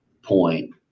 point